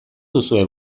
duzue